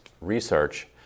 research